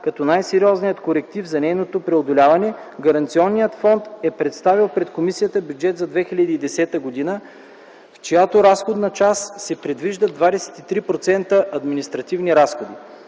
като най-сериозният коректив за нейното преодоляване, Гаранционният фонд е представил пред комисията бюджет за 2010 г., в чиято разходна част се предвиждат 23% административни разходи.